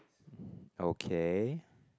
okay